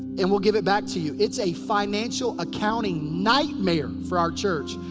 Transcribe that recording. and we'll give it back to you. it's a financial accounting nightmare for our church.